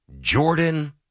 Jordan